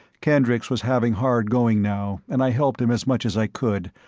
kendricks was having hard going now, and i helped him as much as i could,